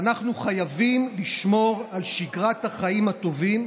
ואנחנו חייבים לשמור על שגרת החיים הטובים,